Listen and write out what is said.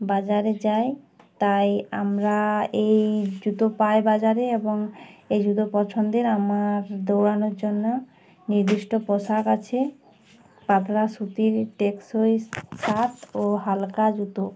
বাজারে যাই তাই আমরা এই জুতো পাই বাজারে এবং এই জুতো পছন্দের আমার দৌড়ানোর জন্য নির্দিষ্ট পোশাক আছে পাতলা সুতির টেকসই সাত ও হালকা জুতো